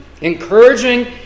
Encouraging